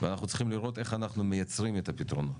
ואנחנו צריכים לראות איך אנחנו מייצרים את הפתרונות.